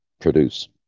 produce